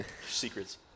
secrets